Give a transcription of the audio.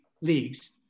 leagues